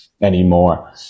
anymore